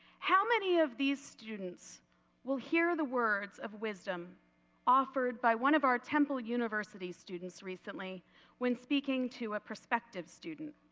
how many of these students will hear the words of wisdom offered by one of our temple university students recently when speaking to a prospective student.